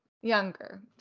Younger